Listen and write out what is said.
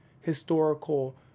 historical